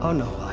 ah no, ah